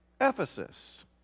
Ephesus